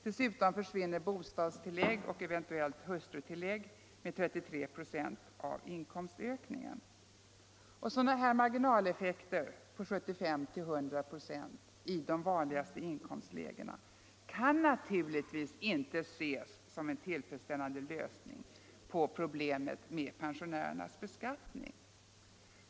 Dessutom försvinner bostadstillägg och eventuellt hustrutillägg med 33 96 av inkomstökningen. Ett system som ger marginaleffekter på 75-100 96 i de vanligaste inkomstlägena kan naturligtvis inte anses utgöra en tillfredsställande lösning på problemet med pensionärernas beskattning.